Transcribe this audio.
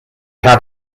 had